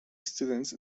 students